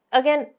again